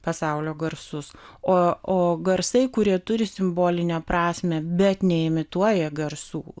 pasaulio garsus o o garsai kurie turi simbolinę prasmę bet neimituoja garsų